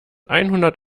einhundert